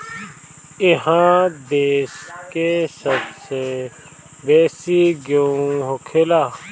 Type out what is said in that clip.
इहा देश के सबसे बेसी गेहूं होखेला